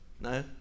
No